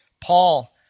Paul